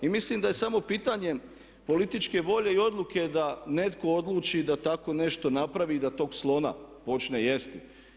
I mislim da je samo pitanje političke volje i odluke da netko odluči da tako nešto napravi i da tog slona počne jesti.